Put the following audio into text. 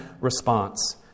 response